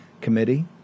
committee